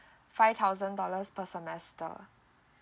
five thousand dollars per semester